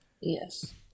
Yes